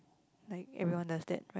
like everyone does that right